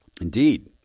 Indeed